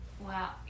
wow